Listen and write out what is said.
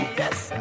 yes